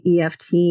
EFT